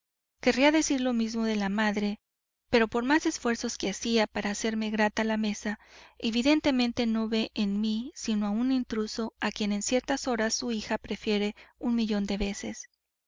cordial conmigo querría decir lo mismo de la madre pero por más esfuerzos que hacía para hacerme grata la mesa evidentemente no ve en mí sino a un intruso a quien en ciertas horas su hija prefiere un millón de veces